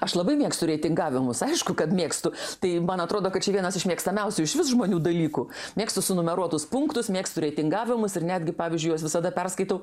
aš labai mėgstu reitingavimus aišku kad mėgstu tai man atrodo kad čia vienas iš mėgstamiausių išvis žmonių dalykų mėgstu sunumeruotus punktus mėgstu reitingavimus ir netgi pavyzdžiui juos visada perskaitau